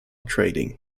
trading